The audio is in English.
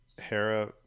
Hera